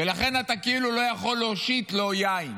ולכן אתה כאילו לא יכול להושיט לו יין.